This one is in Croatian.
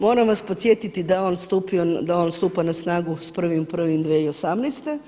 Moram vas podsjetiti da on stupa na snagu s 1.1.2018.